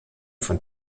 von